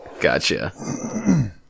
Gotcha